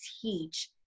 teach